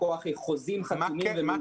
מכוח חוזים חתומים ומאושרים של המדינה.